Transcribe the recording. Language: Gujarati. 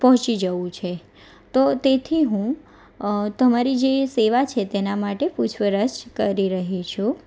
પહોંચી જવું છે તો તેથી હું તમારી જે સેવા છે તેના માટે પૂછપરછ કરી રહી છું